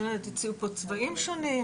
הציעו פה צבעים שונים,